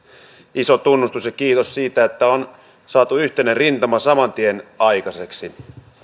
iso tunnustus ja kiitos siitä että on saatu yhteinen rintama saman tien aikaiseksi